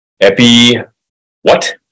Epi-what